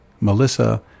Melissa